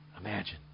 Imagine